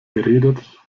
geredet